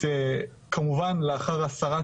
כמובן לאחר הסרת